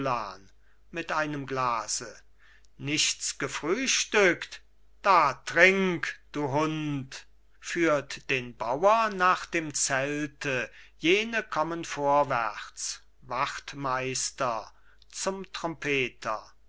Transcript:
mit einem glase nichts gefrühstückt da trink du hund führt den bauer nach dem zelte jene kommen vorwärts wachtmeister zum trompeter